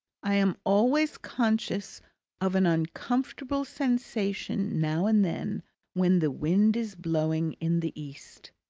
i am always conscious of an uncomfortable sensation now and then when the wind is blowing in the east.